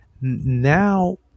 now